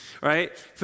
right